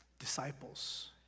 disciples